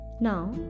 Now